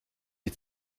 die